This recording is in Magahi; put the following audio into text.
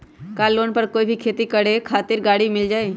का लोन पर कोई भी खेती करें खातिर गरी मिल जाइ?